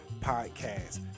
Podcast